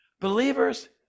Believers